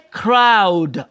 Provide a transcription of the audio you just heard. crowd